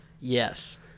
Yes